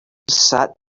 sat